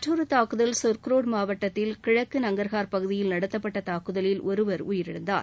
மற்றொரு தாக்குதல் சொ்க்குராப் மாவட்டத்தில் கிழக்கு நங்கார்கக் பகுதியில் நடத்தப்பட்ட தாக்குதலில் ஒருவர் உயிரிழந்தார்